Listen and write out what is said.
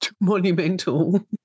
monumental